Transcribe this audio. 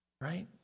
right